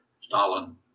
Stalin